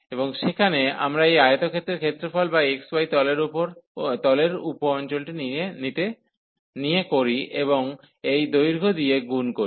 এবং সেখানে আমরা এই আয়তক্ষেত্রের ক্ষেত্রফল বা xy তলের উপ অঞ্চলটি নিতে করি এবং এই দৈর্ঘ্য দিয়ে গুণ করি